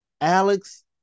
Alex